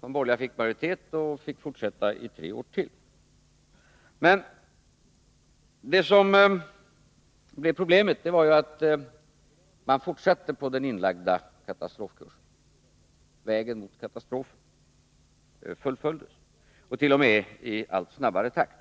De borgerliga fick majoritet och fick fortsätta i ytterligare tre år. Men problemet blev att man fortsatte på den inlagda katastrofkursen. Man fortsatte på vägen mot katastrof, nu t.o.m. i snabbare takt.